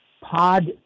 pod